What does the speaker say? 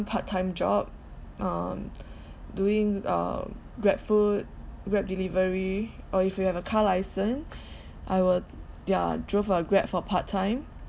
part time job um doing uh grab food grab delivery or if you have a car license I will ya drove uh grab for part time